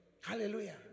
Hallelujah